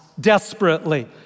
desperately